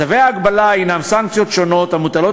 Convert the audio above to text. צווי ההגבלה הם סנקציות שונות המוטלות